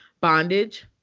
bondage